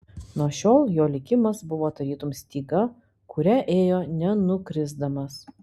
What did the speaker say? nuo šiol jo likimas buvo tarytum styga kuria ėjo nenukrisdamas